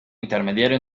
intermediario